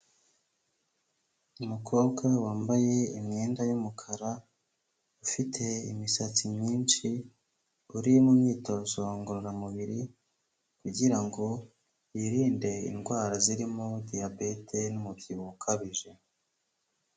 Umukobwa wambaye imyenda y'umukara, ufite imisatsi myinshi, uri mu myitozo ngororamubiri kugira ngo yirinde indwara zirimo diyabete n'umubyibuho ukabije.